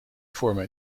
vormen